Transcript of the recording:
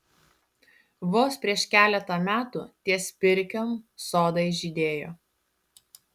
vos prieš keletą metų ties pirkiom sodai žydėjo